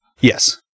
Yes